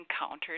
encountered